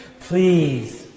Please